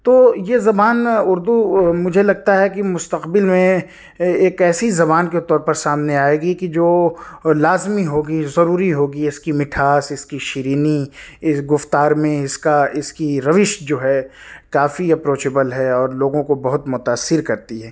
تو یہ زبان اردو مجھے لگتا ہے کہ مستقبل میں ایک ایسی زبان کے طور پر سامنے آئے گی کہ جو لازمی ہوگی ضروری ہوگی اس کی مٹھاس اس کی شیرینی اس گفتار میں اس کا اس کی روش جو ہے کافی اپروچبل ہے اور لوگوں کو بہت متأثر کرتی ہے